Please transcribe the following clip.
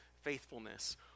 faithfulness